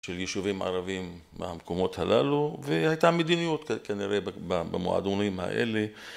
של יישובים ערבים במקומות הללו והייתה מדיניות כנראה במועדונים האלה